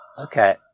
Okay